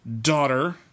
daughter